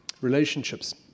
relationships